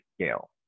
scale